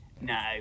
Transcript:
no